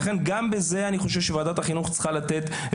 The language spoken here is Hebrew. לכן גם לזה אני חושב שוועדת החינוך צריכה להתייחס.